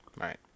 right